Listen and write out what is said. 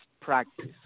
practice